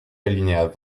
alinéas